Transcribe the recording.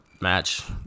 match